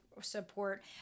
support